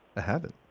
haven't